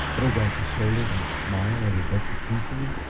throw back his shoulders and smile at his executioner,